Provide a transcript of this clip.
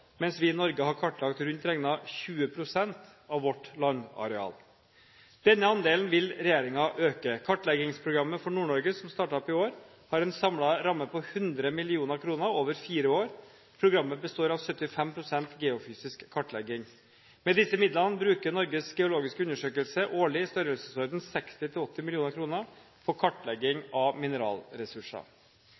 mens vi i Norge har kartlagt rundt regnet 20 pst. av vårt landareal. Denne andelen vil regjeringen øke. Kartleggingsprogrammet for Nord-Norge, som startet opp i år, har en samlet ramme på 100 mill. kr over fire år. Programmet består av 75 pst. geofysisk kartlegging. Med disse midlene bruker Norges geologiske undersøkelse årlig i størrelsesorden 60–80 mill. kr på kartlegging av mineralressurser.